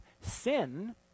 sin